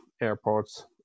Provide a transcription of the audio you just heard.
airports